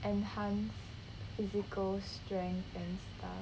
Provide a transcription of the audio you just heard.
enhanced physical strength and stuff